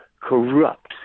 corrupt